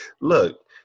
Look